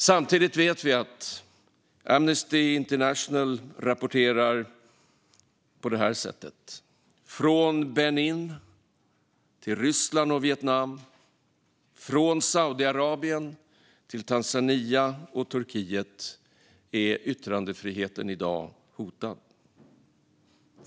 Samtidigt vet vi att Amnesty International rapporterar på detta sätt: Från Benin till Ryssland och Vietnam och från Saudiarabien till Tanzania och Turkiet är yttrandefriheten i dag hotad.